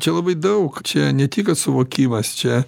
čia labai daug čia ne tik kad suvokimas čia